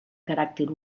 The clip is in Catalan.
caràcter